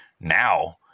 now